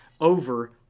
over